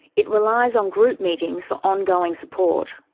it relies on group meetings for ongoing support.